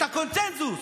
את הקונסנזוס,